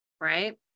right